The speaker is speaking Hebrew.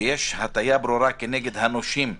שיש הטיה ברורה כנגד הנושים.